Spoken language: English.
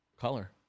color